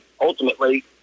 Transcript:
ultimately